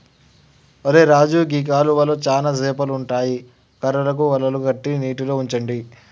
ఒరై రాజు గీ కాలువలో చానా సేపలు ఉంటాయి కర్రలకు వలలు కట్టి నీటిలో ఉంచండి